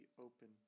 opened